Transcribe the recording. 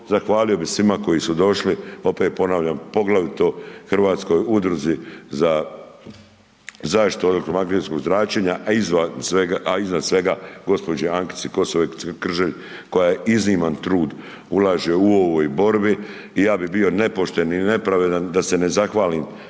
zahvalio bih svima koji su došli, opet ponavljam, poglavito Hrvatskoj udruzi za zaštitu od elektromagnetskog zračenja, a izvan svega gđi. Ankici.../Govornik se ne razumije./... koja izniman trud ulaže u ovoj borbi i ja bih bio nepošten i nepravedan da se ne zahvalim